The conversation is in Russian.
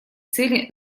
цели